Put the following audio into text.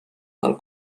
del